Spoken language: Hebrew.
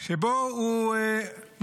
ושם הוא מודיע